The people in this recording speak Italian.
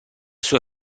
sua